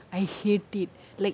I hate it like